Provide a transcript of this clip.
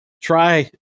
try